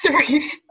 three